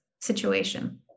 situation